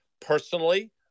Personally